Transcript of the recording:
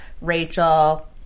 Rachel